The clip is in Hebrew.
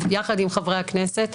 יחד עם חברי הכנסת,